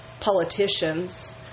politicians